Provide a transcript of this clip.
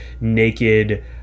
naked